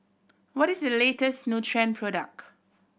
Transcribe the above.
what is the latest Nutren product